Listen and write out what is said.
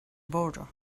border